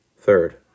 Third